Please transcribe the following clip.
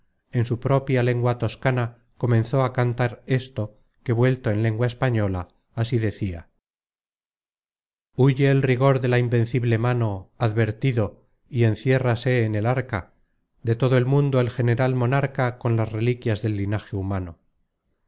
en su propia lengua toscana comenzó a cantar esto que vuelto en lengua española así decia huye el rigor de la invencible mano advertido y enciérrase en el arca de todo el mundo el general monarca con las reliquias del linaje humano